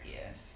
Yes